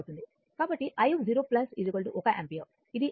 కాబట్టి i0 1 ampere